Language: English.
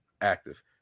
active